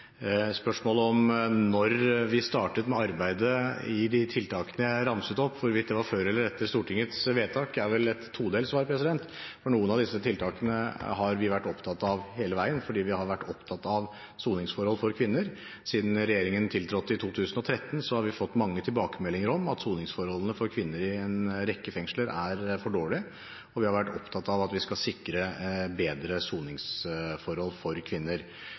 Spørsmålet om når vi startet med arbeidet i de tiltakene jeg ramset opp, hvorvidt det var før eller etter Stortingets vedtak, har vel et todelt svar. Noen av disse tiltakene har vi vært opptatt av hele veien, fordi vi har vært opptatt av soningsforhold for kvinner. Siden regjeringen tiltrådte i 2013, har vi fått mange tilbakemeldinger om at soningsforholdene for kvinner i en rekke fengsler er for dårlige, og vi har vært opptatt av at vi skal sikre bedre soningsforhold for kvinner.